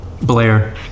Blair